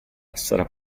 sarà